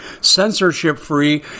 censorship-free